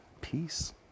peace